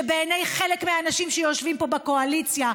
שבעיני חלק מהאנשים שיושבים פה בקואליציה,